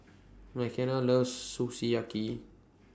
Mckenna loves Sukiyaki